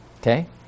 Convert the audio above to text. Okay